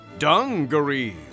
Dungarees